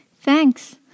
Thanks